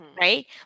right